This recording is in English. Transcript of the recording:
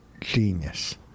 genius